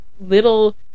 little